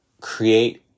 create